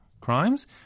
crimes